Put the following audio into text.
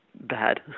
bad